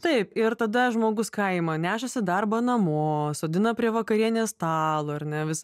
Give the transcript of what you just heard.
taip ir tada žmogus ką ima nešasi darbą namo sodina prie vakarienės stalo ar ne vis